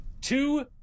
Two-